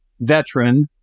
veteran